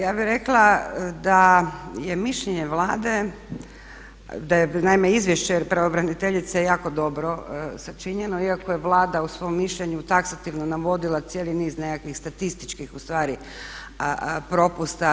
Ja bih rekla da je mišljenje Vlade, da je naime izvješće pravobraniteljice jako dobro sačinjeno iako je Vlada u svom mišljenju taksativno navodila cijeli niz nekakvih statističkih ustvari propusta.